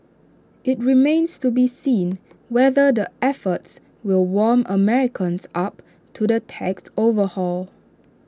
IT remains to be seen whether the efforts will warm Americans up to the tax overhaul